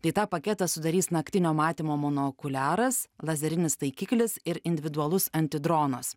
tai tą paketą sudarys naktinio matymo monokuliaras lazerinis taikiklis ir individualus antidronas